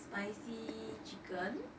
spicy chicken